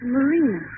Marina